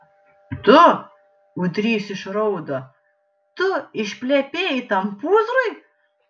tu ūdrys išraudo tu išplepėjai tam pūzrui